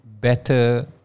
better